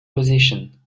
position